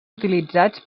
utilitzats